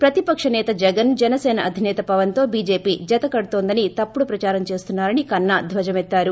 ప్రతిపక్ష సేత జగన్ జనసేన అధినేత పవన్తో బీజేపీ జతకడుతోందని తప్పుడు ప్రచారం చేస్తున్నారని కన్నా ధ్యజమెత్తారు